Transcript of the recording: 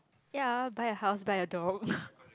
ya buy a house buy a dog